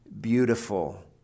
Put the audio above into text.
beautiful